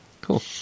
cool